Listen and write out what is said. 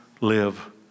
live